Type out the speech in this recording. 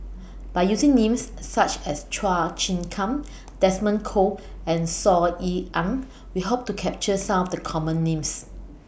By using Names such as Chua Chim Kang Desmond Kon and Saw Ean Ang We Hope to capture Some of The Common Names